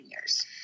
years